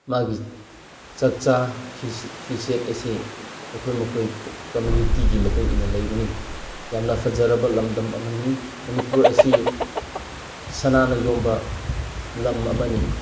ꯃꯥꯒꯤ ꯆꯥꯛ ꯆꯥ ꯐꯤꯖꯦꯠ ꯑꯁꯤ ꯃꯈꯣꯏ ꯃꯈꯣꯏ ꯀꯝꯃꯨꯅꯤꯇꯤꯒꯤ ꯃꯇꯨꯡ ꯏꯟꯅ ꯂꯩꯕꯅꯤ ꯌꯥꯝꯅ ꯐꯖꯔꯕ ꯂꯝꯗꯝ ꯑꯃꯅꯤ ꯃꯅꯤꯄꯨꯔ ꯑꯁꯤ ꯁꯅꯥꯅ ꯌꯣꯝꯕ ꯂꯝ ꯑꯃꯅꯤ